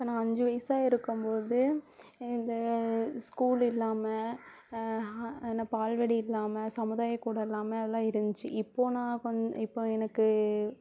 இப்போ நான் அஞ்சு வயிது இருக்கும் போது இந்த ஸ்கூல் இல்லாமல் இந்த பால்வாடி இல்லாமல் சமுதாயக்கூடம் இல்லாமல் எல்லாம் இருந்துச்சி இப்போ நான் வந்து இப்போ எனக்கு